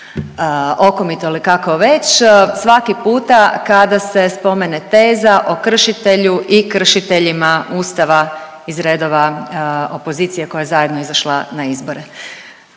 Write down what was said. okomito ili kako već, svaki puta kada se spomene teza o kršitelju i kršiteljima Ustava iz redova opozicije koja je zajedno izišla na izbore.